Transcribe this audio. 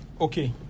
Okay